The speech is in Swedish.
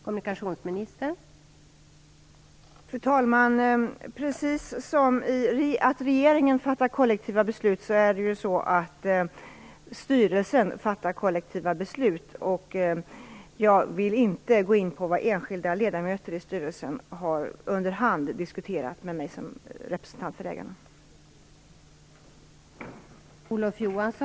Fru talman! Precis som regeringen fattar kollektiva beslut är det ju så att styrelsen fattar kollektiva beslut. Jag vill inte gå in på vad enskilda ledamöter i styrelsen under hand har diskuterat med mig som representant för ägarna.